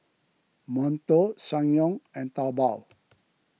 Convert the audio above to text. Monto Ssangyong and Taobao